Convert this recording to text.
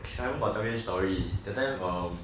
simon got tell me story that time um